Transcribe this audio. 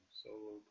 solo